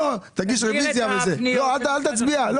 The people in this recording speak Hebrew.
אני לא אבקש התייעצות סיעתית על משרד החינוך כשהם